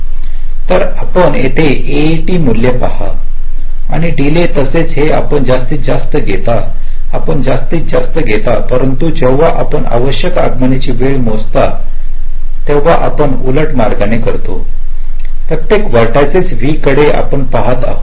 तर आपण येथे एएटी मूल्ये पहा आणि डीले तसेच हे आपण जास्तीत जास्त घेता आपण जास्तीत जास्त घेता परंतु जेव्हा आपण आवश्यक आगमनाची वेळ मोजता तेव्हा आपण उलट मार्गाने करतो प्रत्येक व्हर्टेक्स V कडे आपण पाहत आहोत